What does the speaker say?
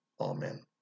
Amen